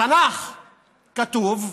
בתנ"ך כתוב,